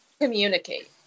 communicate